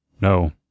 no